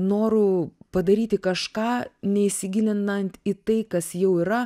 noru padaryti kažką neįsigilinant į tai kas jau yra